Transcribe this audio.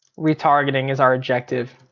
retargeting is our objective.